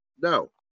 No